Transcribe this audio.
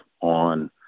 on